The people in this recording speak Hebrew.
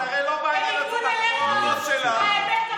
בניגוד אליך, האמת תמיד מעניינת אותי.